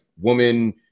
woman